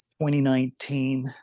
2019